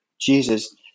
Jesus